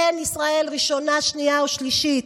אין ישראל ראשונה, שנייה או שלישית.